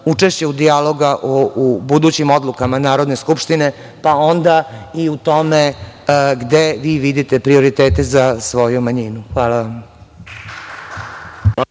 učešća u dijalogu u budućim odlukama Narodne skupštine, pa onda i u tome gde vi vidite prioritete za svoju manjinu. Hvala.